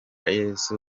yesu